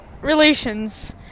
relations